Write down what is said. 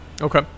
Okay